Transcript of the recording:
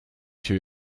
się